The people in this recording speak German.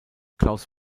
claus